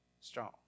strong